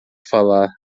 falar